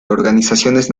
organizaciones